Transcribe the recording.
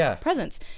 presence